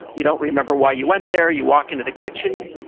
you don't remember why you went there. you walk into the kitchen,